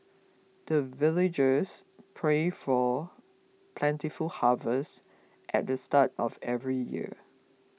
the villagers pray for plentiful harvest at the start of every year